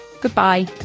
Goodbye